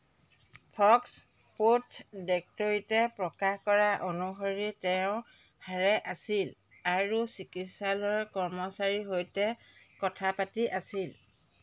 Fox Sports ডেট্ৰইটে প্ৰকাশ কৰা অনুসৰি তেওঁ সাৰে আছিল আৰু চিকিৎসালয়ৰ কৰ্মচাৰীৰ সৈতে কথা পাতি আছিল